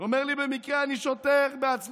הוא אומר לי: במקרה אני שוטר בעצמי,